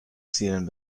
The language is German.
zielen